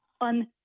on